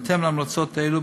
בהתאם להמלצות אלה,